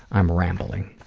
i'm rambling.